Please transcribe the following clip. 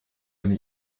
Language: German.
eine